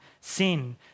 sin